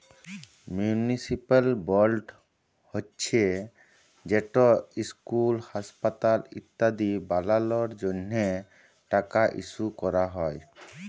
municipal board হছে যেট school, হাঁসপাতাল ইত্যাদি বালালর জ্যনহে টাকা ইস্যু ক্যরা হ্যয়